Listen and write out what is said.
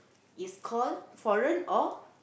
is call foreign or